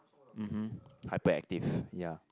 mmhmm hyperactive ya